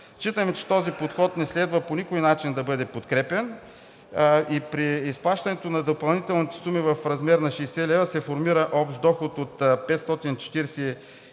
Считаме, че този подход не следва по никой начин да бъде подкрепян и при изплащането на допълнителните суми в размер на 60 лв. се формира общ доход от 541,80 лв.